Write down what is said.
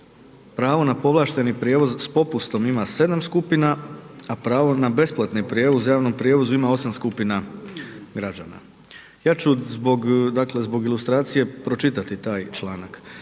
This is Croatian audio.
Pravo na povlašteni prijevoz s popustom ima 7 skupina a pravo na besplatni prijevoz ima 8 skupina građana. Ja ću zbog ilustracije pročitat taj članak.